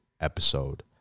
episode